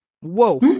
whoa